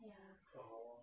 orh